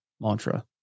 mantra